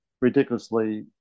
ridiculously